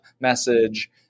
message